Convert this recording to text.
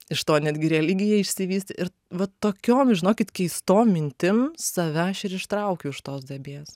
iš to netgi religija išsivystė ir vat tokiom žinokit keistom mintim save aš ir ištraukiau iš tos duobės